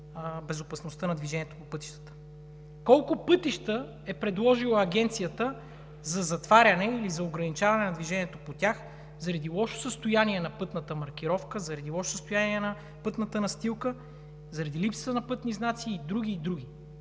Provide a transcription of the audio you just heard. безопасността на движението по пътищата? Колко пътища е предложила Агенцията за затваряне или за ограничаване на движението по тях заради лошо състояние на пътната маркировка, заради лошо състояние на пътната настилка, заради липса на пътни знаци и други, и други?